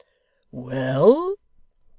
well,